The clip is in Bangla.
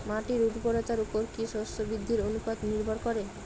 মাটির উর্বরতার উপর কী শস্য বৃদ্ধির অনুপাত নির্ভর করে?